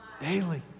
Daily